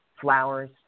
flowers